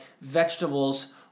vegetables